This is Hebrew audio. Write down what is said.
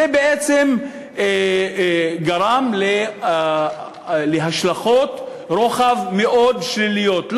זה בעצם גרם להשלכות רוחב מאוד שליליות,